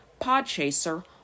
Podchaser